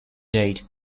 date